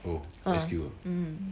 ah mm